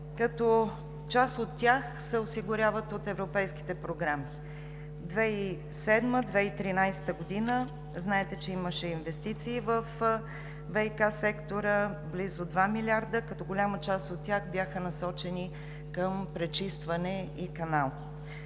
като част от тях се осигуряват от европейските програми. 2007 – 2013 г., знаете, че имаше инвестиции във ВиК сектора – близо два милиарда, като голяма част от тях бяха насочени към пречистване и канал.